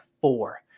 four